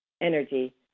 energy